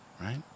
right